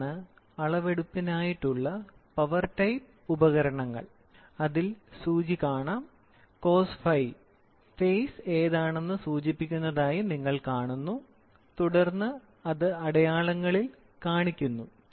ഇതാണ് അളവിന്റെ power type ഉപകരണങ്ങൾ അതിൽ സൂചി cos⁡φ ഫേസ് എതാണെന്ന് സൂചിപ്പിക്കുന്നതായി നിങ്ങൾ കാണുന്നു തുടർന്ന് അത് അടയാളങ്ങളിൽ കാണിക്കുന്നു